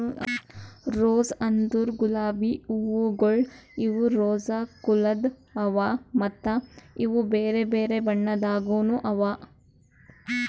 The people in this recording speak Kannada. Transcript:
ರೋಸ್ ಅಂದುರ್ ಗುಲಾಬಿ ಹೂವುಗೊಳ್ ಇವು ರೋಸಾ ಕುಲದ್ ಅವಾ ಮತ್ತ ಇವು ಬೇರೆ ಬೇರೆ ಬಣ್ಣದಾಗನು ಅವಾ